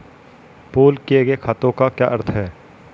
Pool किए गए खातों का क्या अर्थ है?